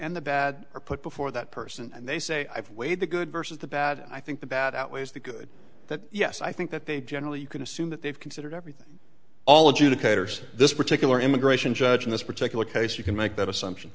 and the bad are put before that person and they say i've weighed the good versus the bad i think the bad outweighs the good that yes i think that they generally you can assume that they've considered everything all adjudicators this particular immigration judge in this particular case you can make that assumption